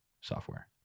software